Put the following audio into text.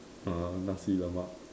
uh Nasi-Lemak